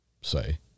say